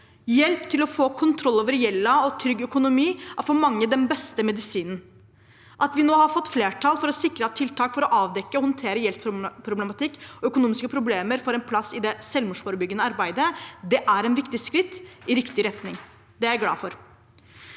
Hjelp til å få kontroll over gjelden og trygg økonomi er for mange den beste medisinen. At vi nå har fått flertall for å sikre at tiltak for å avdekke og håndtere gjeldsproblematikk og økonomiske problemer får en plass i det selvmordsforebyggende arbeidet, er et viktig skritt i riktig retning. Det er jeg glad for.